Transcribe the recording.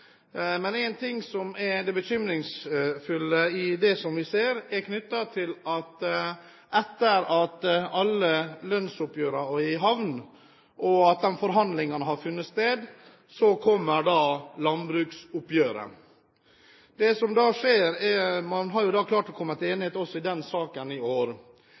som er det bekymringsfulle i det vi ser, er knyttet til at etter at alle lønnsoppgjørene er i havn og forhandlingene har funnet sted, så kommer landbruksoppgjøret. Man har jo klart å komme til enighet også i den saken i år.